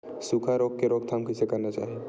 सुखा रोग के रोकथाम कइसे करना चाही?